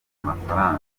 mafaranga